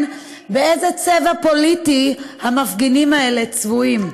באיזה צבע פוליטי המפגינים האלה צבועים.